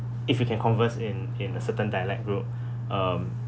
if you can converse in in a certain dialect group um